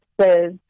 says